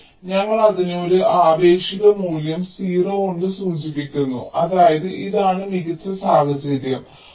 അതിനാൽ ഞങ്ങൾ അതിനെ ഒരു ആപേക്ഷിക മൂല്യം 0 കൊണ്ട് സൂചിപ്പിക്കുന്നു അതായത് ഇതാണ് മികച്ച സാഹചര്യം